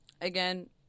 Again